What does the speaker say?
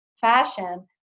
fashion